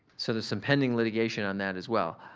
so there's some pending litigation on that as well,